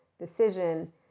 decision